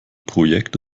projekt